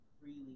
freely